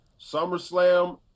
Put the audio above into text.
SummerSlam